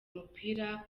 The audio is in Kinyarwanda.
umupira